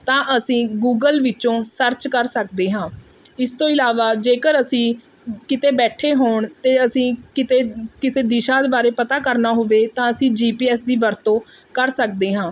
ਤਾਂ ਅਸੀਂ ਗੂਗਲ ਵਿੱਚੋਂ ਸਰਚ ਕਰ ਸਕਦੇ ਹਾਂ ਇਸ ਤੋਂ ਇਲਾਵਾ ਜੇਕਰ ਅਸੀਂ ਕਿਤੇ ਬੈਠੇ ਹੋਣ ਅਤੇ ਅਸੀਂ ਕਿਤੇ ਕਿਸੇ ਦਿਸ਼ਾ ਬਾਰੇ ਪਤਾ ਕਰਨਾ ਹੋਵੇ ਤਾਂ ਅਸੀਂ ਜੀ ਪੀ ਐੱਸ ਦੀ ਵਰਤੋਂ ਕਰ ਸਕਦੇ ਹਾਂ